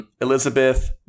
Elizabeth